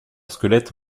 squelette